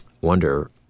wonder